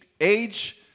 age